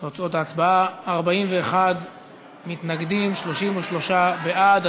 תוצאות ההצבעה: 41 מתנגדים, 33 בעד.